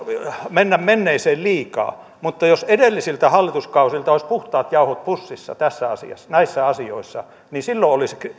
mennä menneeseen liikaa mutta jos edellisiltä hallituskausilta olisi puhtaat jauhot pussissa näissä asioissa niin silloin olisi